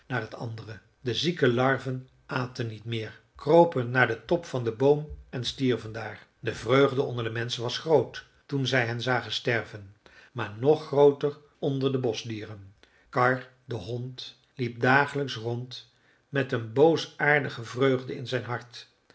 naar het andere de zieke larven aten niet meer kropen naar den top van den boom en stierven daar de vreugde onder de menschen was groot toen zij hen zagen sterven maar nog grooter onder de boschdieren karr de hond liep dagelijks rond met een boosaardige vreugde in zijn hart